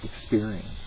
experience